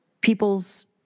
people's